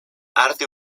arte